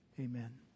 Amen